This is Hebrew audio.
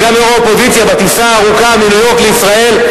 וגם יושבת-ראש האופוזיציה בטיסה הארוכה מניו-יורק לישראל,